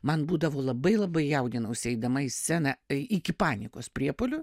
man būdavo labai labai jaudinausi eidama į sceną iki panikos priepuolių